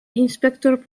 inspektor